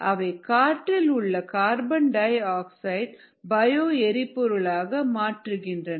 அவை காற்றில் உள்ள கார்பன் டை ஆக்சைடை பயோ எரிபொருளாக மாற்றுகின்றன